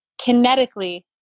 kinetically